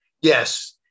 yes